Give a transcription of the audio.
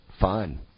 Fun